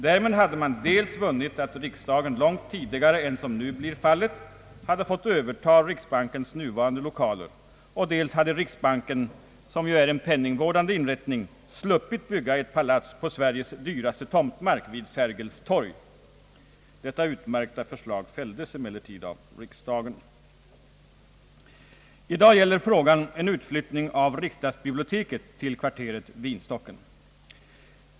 Därmed hade man dels vunnit att riksdagen långt tidigare än som nu blir fallet hade fått överta riksbankens nuvarande lokaler och dels hade riksbanken, som ju är en penningvårdande inrättning, sluppit bygga ett palats på Sveriges dyraste tomtmark vid Sergels torg. Detta utmärkta förslag fälldes emellertid av riksdagen. I dag gäller frågan en utflyttning av riksdagsbiblioteket till kvarteret Vinstocken.